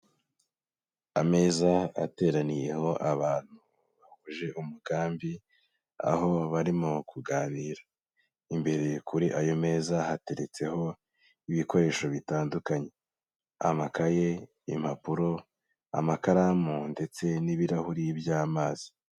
Ameza ateraniyeho abantu bahuje umugambi, aho barimo kuganira. Imbere kuri ayo meza hateretseho ibikoresho bitandukanye. Amakaye, impapuro, amakaramu ndetse n'ibirahuri by'amazi.